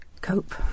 cope